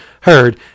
heard